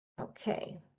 Okay